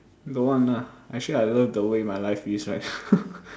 don't want lah actually I love the way my life is right